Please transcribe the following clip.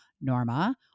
Norma